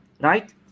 Right